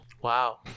Wow